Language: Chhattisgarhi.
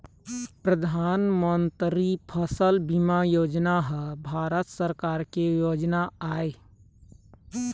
परधानमंतरी फसल बीमा योजना ह भारत सरकार के योजना आय